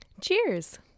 Cheers